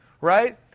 right